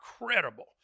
incredible